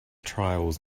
trials